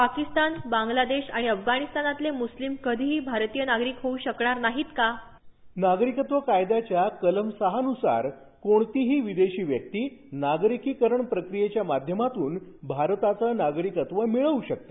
पाकिस्तान बांगलादेश आणि अफगाणिस्तानातले मूस्लिम कधीही भारतीय नागरिक होऊ शकणार नाहीत का नागरिकत्व कायद्याच्या कलम सहानुसार कोणतीही विदेशी व्यक्ती नागरिकीकरण प्रक्रियेच्या माध्यमातून भारताचं नागरिकत्व मिळवू शकते